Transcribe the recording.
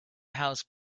house